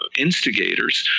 instigators,